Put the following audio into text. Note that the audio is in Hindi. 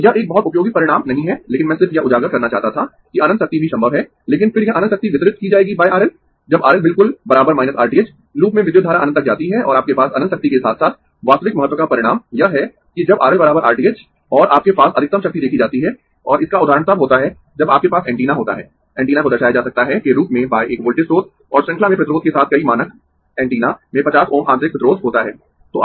तो यह एक बहुत उपयोगी परिणाम नहीं है लेकिन मैं सिर्फ यह उजागर करना चाहता था कि अनंत शक्ति भी संभव है लेकिन फिर यह अनंत शक्ति वितरित की जाएगी RL जब RL बिल्कुल R t h लूप में विद्युत धारा अनंत तक जाती है और आपके पास अनंत शक्ति के साथ साथ वास्तविक महत्व का परिणाम यह है कि जब RL R t h और आपके पास अधिकतम शक्ति देखी जाती है और इसका उदाहरण तब होता है जब आपके पास एंटीना होता है एंटीना को दर्शाया जा सकता है के रूप में एक वोल्टेज स्रोत और श्रृंखला में प्रतिरोध के साथ कई मानक एंटीना में 50 ओम आंतरिक प्रतिरोध होता है